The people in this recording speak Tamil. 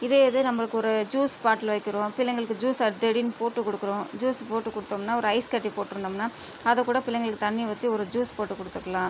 இதே இது நம்பளுக்கு ஒரு ஜூஸ் பாட்டில் வைக்கிறோம் பிள்ளைங்களுக்கு ஜூஸ் திடீர்னு போட்டு கொடுக்குறோம் ஜூஸ் போட்டு கொடுத்தோம்னா ஒரு ஐஸ் கட்டி போட்டிருந்தோம்னால் அது கூட பிள்ளைங்களுக்கு தண்ணி ஊற்றி ஒரு ஜூஸ் போட்டு கொடுத்துக்கலாம்